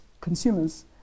consumers